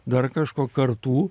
dar kažko kartų